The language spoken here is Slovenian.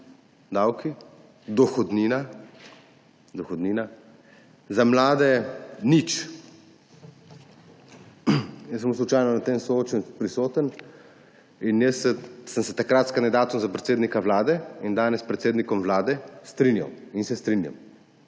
davki, dohodnina za mlade nič.« Jaz sem bil slučajno na tem soočenju prisoten in jaz sem se takrat s kandidatom za predsednika vlade in danes predsednikom vlade strinjal in se strinjam.